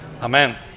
Amen